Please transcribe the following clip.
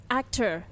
actor